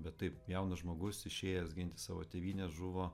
bet taip jaunas žmogus išėjęs ginti savo tėvynės žuvo